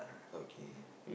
okay